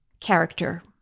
character